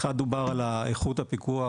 דובר על איכות הפיקוח,